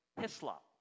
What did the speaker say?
Hislop